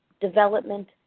development